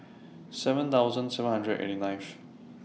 seven thousand seven hundred eighty ninth